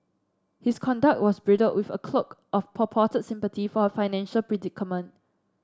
his conduct was bridled with a cloak of purported sympathy for her financial predicament